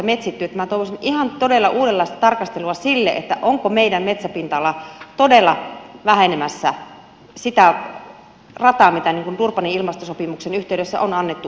minä toivoisin ihan todella uudenlaista tarkastelua sille että onko meidän metsäpinta alamme todella vähenemässä sitä rataa mitä durbanin ilmastosopimuksen yhteydessä on annettu ymmärtää